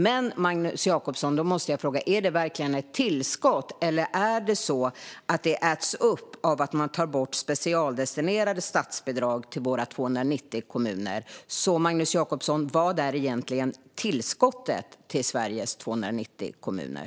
Men då måste jag fråga Magnus Jacobsson: Är det verkligen ett tillskott, eller äts det upp av att man tar bort specialdestinerade statsbidrag till våra 290 kommuner? Vad är egentligen tillskottet till Sveriges 290 kommuner?